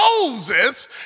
Moses